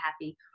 happy